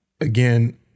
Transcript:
again